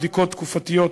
בדיקות תקופתיות,